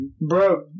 Bro